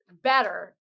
better